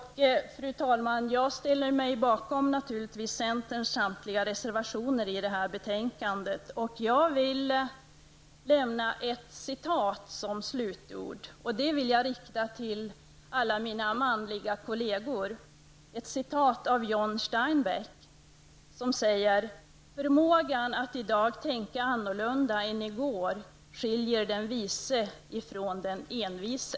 Fru talman! Jag ställer mig naturligtvis bakom centerns samtliga reservationer i det här betänkandet. Som slutord vill jag rikta följande citat av John Steinbeck till alla mina manliga kollegor: Förmågan att i dag tänka annorlunda än i går skiljer den vise ifrån den envise.